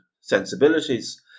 sensibilities